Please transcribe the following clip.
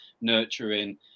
nurturing